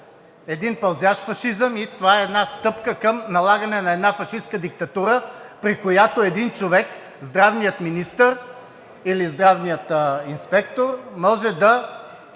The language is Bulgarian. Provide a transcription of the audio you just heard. един пълзящ фашизъм и това е една стъпка към налагане на една фашистка диктатура, при която един човек – здравният министър, или здравният инспектор, може да